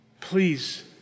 Please